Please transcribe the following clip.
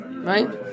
right